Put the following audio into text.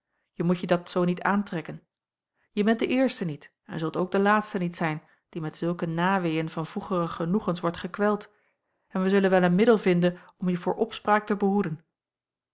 je moet je dat zoo niet aantrekken je bent de eerste niet en zult ook de laatste niet zijn die met zulke naweën van vroegere genoegens wordt gekweld en wij zullen wel een middel vinden om je voor opspraak te behoeden